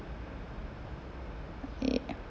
ya